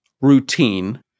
routine